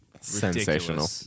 Sensational